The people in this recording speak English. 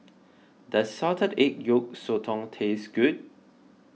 does Salted Egg Yolk Sotong taste good